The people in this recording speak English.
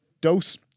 dose